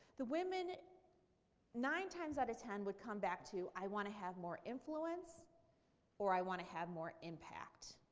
the women nine times out of ten would come back to i want to have more influence or i want to have more impact.